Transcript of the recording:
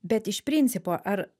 bet iš principo ar